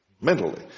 mentally